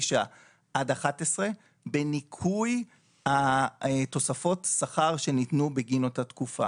עד 2011 בניכוי תוספות השכר שניתנו בגין אותה תקופה.